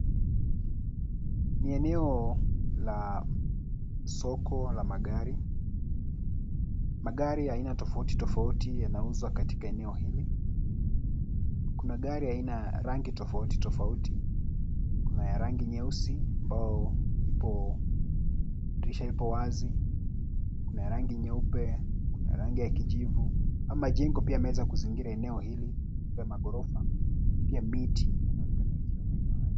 Ni eneo la soko la magari. Magari ya aina tofauti tofauti yanauzwa katika eneo hili. Kuna magari ya rangi tofauti tofauti. Kuna ya rangi nyeusi ambayo dirisha ipo wazi. Kuna ya rangi nyeupe, kuna ya rangi ya kijivu. Majengo pia yameweza kuzunguka eneo hili, pia maghorofa, pia miti inaonekana katika maeneo haya.